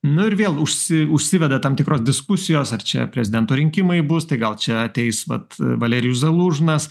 nu ir vėl užsi užsiveda tam tikros diskusijos ar čia prezidento rinkimai bus tai gal čia ateis vat valerijus zalužnas